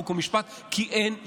חוק ומשפט כי אין מניעה.